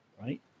Right